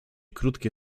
krótkie